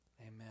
Amen